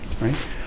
right